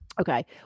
Okay